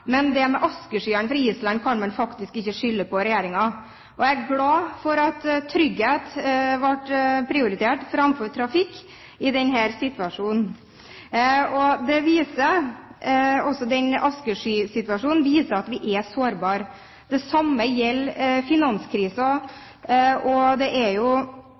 Men når det gjelder askeskyene fra Island, kan man faktisk ikke skylde på regjeringen, og jeg er glad for at trygghet ble prioritert framfor trafikk i denne situasjonen. Den askeskysituasjonen viser at vi er sårbare. Når det gjelder finanskrisen, er det